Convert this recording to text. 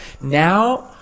Now